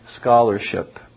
scholarship